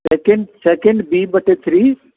H N second B बटे three